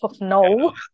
No